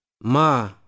ma